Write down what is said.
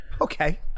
Okay